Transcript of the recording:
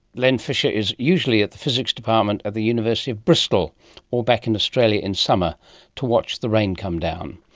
len fisher is usually at the physics department at the university of bristol or back in australia in summer to watch the rain come down.